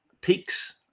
Peaks